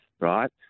right